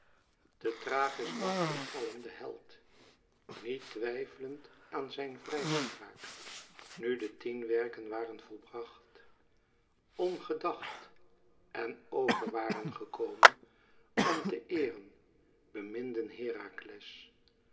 xxxx te thrachis wachtten allen de held niet twijfelend aan zijn vrijspraak nu de tien werken waren volbracht ongedacht en over waren gekomen om te eeren beminden herakles